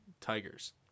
tigers